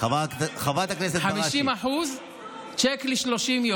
50% צ'ק ל-30 יום.